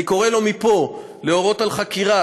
אני קורא לו מפה להורות על חקירה,